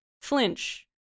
flinch